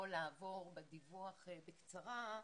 או לעבור בדיווח בקצרה,